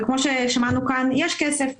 וכפי ששמענו כאן יש כסף,